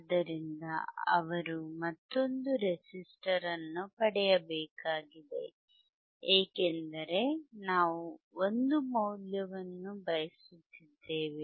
ಆದ್ದರಿಂದ ಅವರು ಮತ್ತೊಂದು ರೆಸಿಸ್ಟರ್ ಅನ್ನು ಪಡೆಯಬೇಕಾಗಿದೆ ಏಕೆಂದರೆ ನಾವು 1 ಮೌಲ್ಯವನ್ನು ಬಯಸುತ್ತಿದ್ದೇವೆ